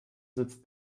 sitzt